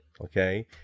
okay